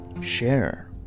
share